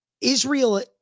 Israel